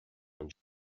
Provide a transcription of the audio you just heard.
anseo